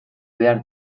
behar